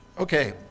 Okay